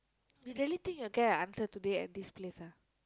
they really think you will get a answer today at this place ah